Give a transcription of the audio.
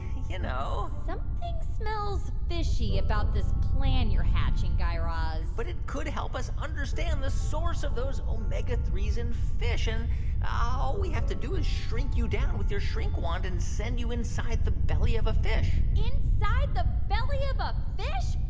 you know. something smells fishy about this plan you're hatching, guy raz but it could help us understand the source of those omega three s in fish. and all we have to do is shrink you down with your shrink wand and send you inside the belly of a fish inside the belly of a fish?